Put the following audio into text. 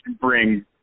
bring